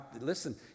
Listen